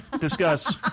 Discuss